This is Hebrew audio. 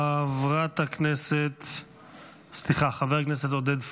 חבר הכנסת עודד פורר,